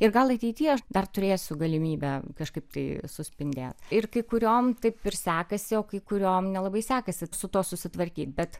ir gal ateityje dar turėsiu galimybę kažkaip tai suspindėt ir kai kuriom taip ir sekasi o kai kuriom nelabai sekasi su tuo susitvarkyt bet